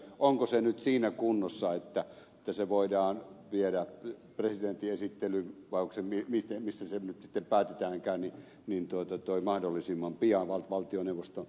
onko se nyt siinä kunnossa että se voidaan viedä presidentin esittelyyn vai missä se nyt sitten päätetäänkään mahdollisimman pian valtioneuvostoon